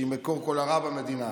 שהיא מקור כל הרע במדינה,